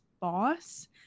boss